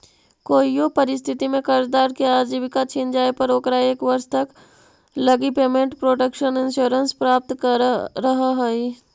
कोइयो परिस्थिति में कर्जदार के आजीविका छिन जाए पर ओकरा एक वर्ष तक लगी पेमेंट प्रोटक्शन इंश्योरेंस प्राप्त रहऽ हइ